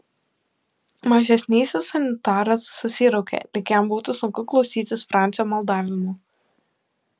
mažesnysis sanitaras susiraukė lyg jam būtų sunku klausytis francio maldavimų